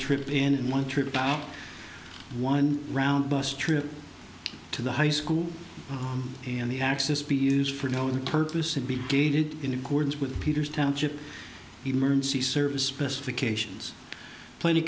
trip in one trip about one round bus trip to the high school and the access be used for no purpose and be gated in accordance with peter's township emergency service specifications plenty